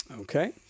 okay